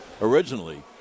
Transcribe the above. originally